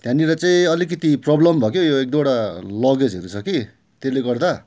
त्यहाँनिर चाहिँ अलिकिति प्रोब्लम भयो के यो एक दुइवटा लगेजहरू छ कि त्यसले गर्दा